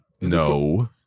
No